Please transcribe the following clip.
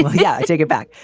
yeah, i take it back.